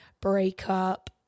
breakup